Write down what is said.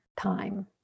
time